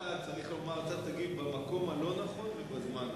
לגביך היה צריך לומר שאתה תגיב במקום הלא-נכון ובזמן הלא-נכון.